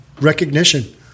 recognition